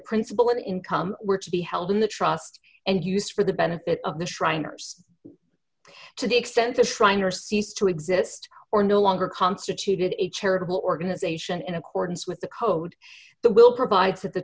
principal income were to be held in the trust and used for the benefit of the shriners to the extent the shriner ceased to exist or no longer constituted a charitable organization in accordance with the code the bill provides that the